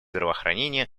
здравоохранение